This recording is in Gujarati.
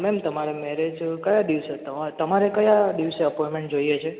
અ મેમ તમારે મેરેજ કયા દિવસે તમારે કયા દિવસે એપોઇન્ટમેન્ટ જોઈએ છે